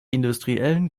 industriellen